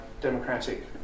democratic